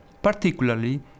particularly